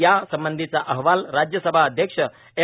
या संबंधीचा अहवाल राज्यसभा अध्यक्ष एम